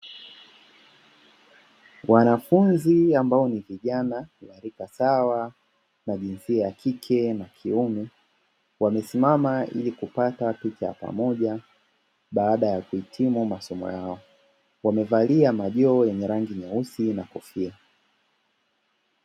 Wanafunzi ambao ni vijana wa rika sawa wa jinsia ya kike na kiume wamesimama ili kupata picha ya pamoja baada ya kuhitimu masomo yao, wamevalia majoho yenye rangi nyeusi na kofia.